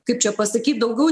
kaip čia pasakyt daugiau